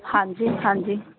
ਹਾਂਜੀ ਹਾਂਜੀ